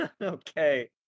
Okay